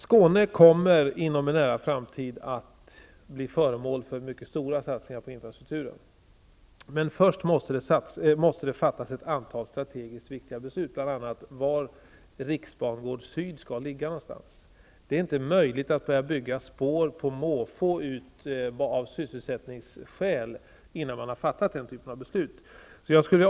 Skåne kommer inom en nära framtid att bli föremål för mycket stora satsningar på infrastrukturen. Men först måste det fattas ett antal strategiskt viktiga beslut, bl.a. var riksbangård syd skall ligga. Det är inte möjligt att börja bygga spår på måfå av sysselsättningsskäl innan man har fattat den typen av beslut.